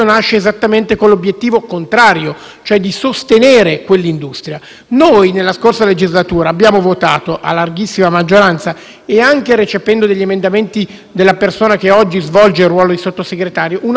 cioè di sostenere quell'industria. Nella scorsa legislatura abbiamo votato a larghissima maggioranza - anche recependo emendamenti della persona che oggi svolge il ruolo di Sottosegretario - una nuova legge sul pluralismo dell'informazione.